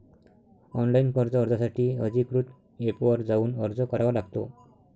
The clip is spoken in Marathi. ऑनलाइन कर्ज अर्जासाठी अधिकृत एपवर जाऊन अर्ज करावा लागतो